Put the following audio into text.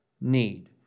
need